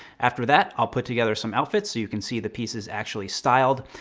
after that i'll put together some outfits so you can see the pieces actually styled.